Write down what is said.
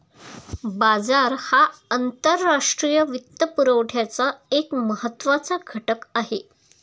बाजार हा आंतरराष्ट्रीय वित्तपुरवठ्याचा एक महत्त्वाचा घटक आहे